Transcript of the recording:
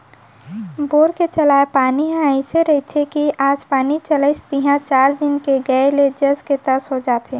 bore के चलाय पानी ह अइसे रथे कि आज पानी चलाइस तिहॉं चार दिन के गए ले जस के तस हो जाथे